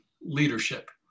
Leadership